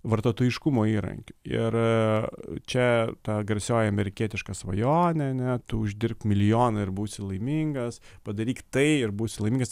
vartotojiškumo įrankiu ir čia ta garsioji amerikietiška svajonė ane uždirbk milijoną ir būsi laimingas padaryk tai ir būsi laimingas